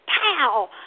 pow